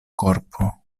korpo